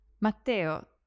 Matteo